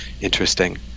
interesting